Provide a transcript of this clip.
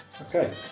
Okay